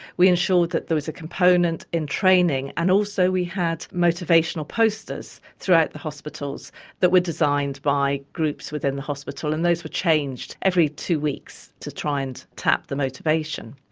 we ensured that there was a component in training and also we had motivational posters throughout the hospitals that were designed by groups within the hospital, and those were changed every two weeks, to try and tap the motivation.